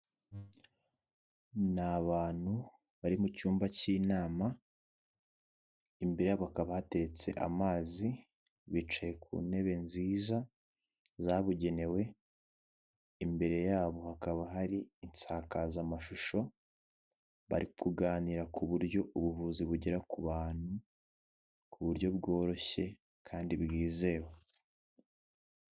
Ni abantu bari mu cyumba cy'inama, imbere yabo hakaba hateretse amazi, bicaye ku ntebe nziza zabugenewe, imbere yabo hakaba hari insakazamashusho, bari kuganira ku buryo ubuvuzi bugera ku bantu ku buryo bworoshye kandi bwizewe.